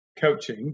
coaching